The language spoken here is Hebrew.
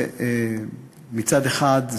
מצד אחד,